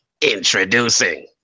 Introducing